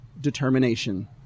determination